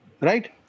right